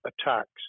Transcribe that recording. attacks